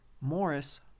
Morris